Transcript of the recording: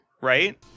Right